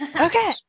Okay